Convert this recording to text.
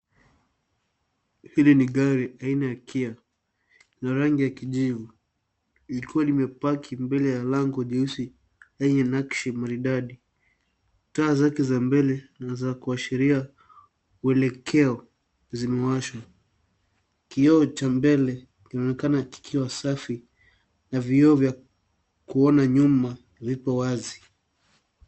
Hili ni gari lisilo na abiria, la rangi ya kijani kibichi. Liko limepaki mbele ya lango jeusi lenye nakshi maridadi. Hata taa zake za mbele na za kuashiria zimewashwa. Kioo cha mbele kinaonekana kikiwa safi na vioo vya nyuma viko wazi. Hata taa zake za mbele bado ziko wazi.